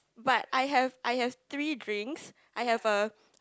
but I have I have three drinks I have a